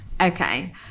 Okay